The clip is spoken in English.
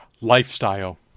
Lifestyle